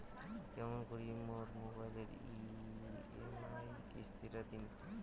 কেমন করি মোর মোবাইলের ই.এম.আই কিস্তি টা দিম?